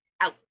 out